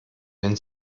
wenn